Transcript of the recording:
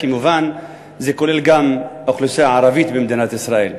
כמובן זה כולל גם את האוכלוסייה הערבית במדינת ישראל.